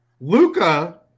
Luca